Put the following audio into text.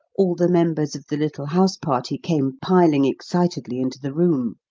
all the members of the little house-party came piling excitedly into the room.